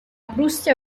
prussia